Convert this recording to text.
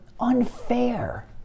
unfair